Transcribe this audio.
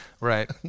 right